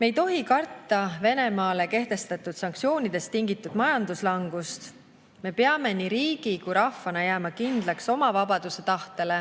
Me ei tohi karta Venemaale kehtestatud sanktsioonidest tingitud majanduslangust. Me peame nii riigi kui ka rahvana jääma kindlaks oma vabadusetahtele